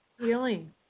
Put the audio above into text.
healing